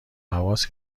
هواس